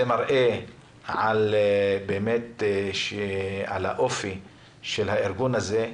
זה מראה על האופי של הארגון הזה,